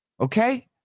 okay